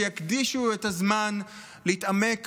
שיקדישו את הזמן להתעמק